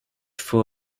for